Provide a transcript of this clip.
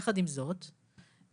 יחד עם זאת החוק